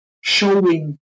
showing